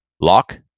lock